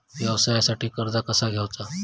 व्यवसायासाठी कर्ज कसा घ्यायचा?